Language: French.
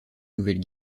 nouvelle